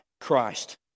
Christ